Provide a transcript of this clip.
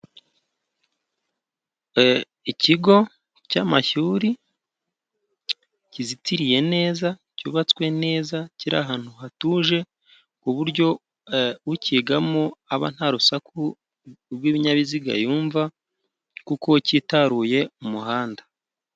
Ikigo cy'amashuri kizitiriye neza, cyubatswe neza kiri ahantu hatuje ku buryo ucyigamo aba nta rusaku rw'ibinyabiziga yumva kuko cyitaruye umuhanda.